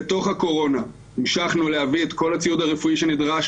בתוך הקורונה המשכנו להביא את כל הציוד הרפואי שנדרש,